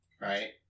right